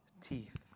teeth